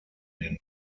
den